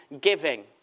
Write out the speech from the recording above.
giving